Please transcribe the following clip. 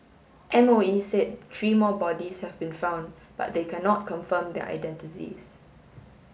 M O E said three more bodies have been found but they cannot confirm their identities